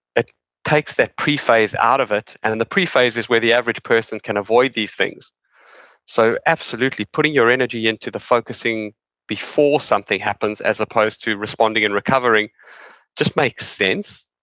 it takes that pre-phase out of it, and in the pre-phase is where the average person can avoid these things so, absolutely, putting your energy into the focusing before something happens as opposed to responding and recovering just makes sense.